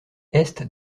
est